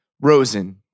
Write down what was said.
Rosen